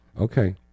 Okay